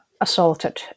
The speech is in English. assaulted